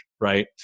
right